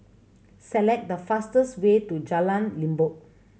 select the fastest way to Jalan Limbok